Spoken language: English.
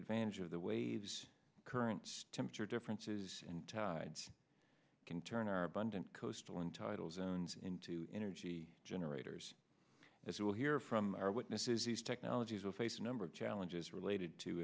advantage of the waves current temperature differences in tides can turn our abundant coastal entitles owns into energy generators as we will hear from our witnesses these technologies will face a number of challenges related to